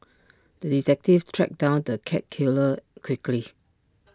the detective tracked down the cat killer quickly